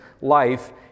life